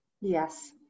Yes